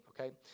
Okay